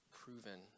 proven